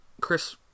Chris